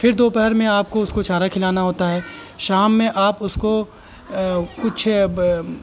پھر دوپہر میں آپ کو اس کو چارہ کھلانا ہوتا ہے شام میں آپ اس کو کچھ